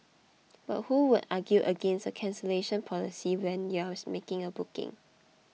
but who would argue against a cancellation policy when you are making a booking